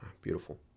Beautiful